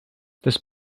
this